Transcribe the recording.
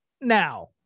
Now